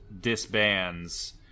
disbands